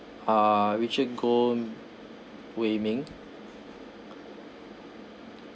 uh richard goh wei ming